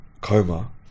coma